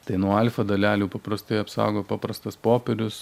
tai nuo alfa dalelių paprastai apsaugo paprastas popierius